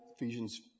Ephesians